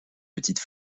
petite